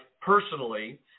personally